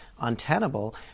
untenable